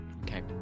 Okay